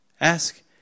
Ask